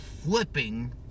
flipping